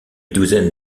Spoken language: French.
douzaine